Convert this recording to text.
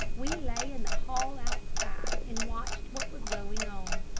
we lay in the hall outside and watched what was going on.